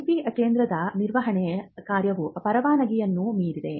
IP ಕೇಂದ್ರದ ನಿರ್ವಹಣೆ ಕಾರ್ಯವು ಪರವಾನಗಿಯನ್ನು ಮೀರಿದೆ